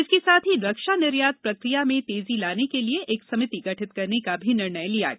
इसके साथ ही रक्षा निर्यात प्रक्रिया में तेजी लाने के लिए एक समिति गठित करने का भी निर्णय लिया गया